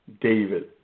David